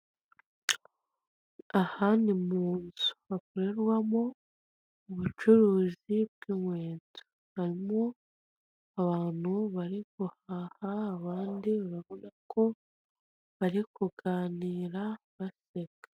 Aha ni mu nzu hakorerwamo ubucuruzi bw'inkweto. Harimo abantu bari guhaha, abandi urabona ko bari kuganira baseka.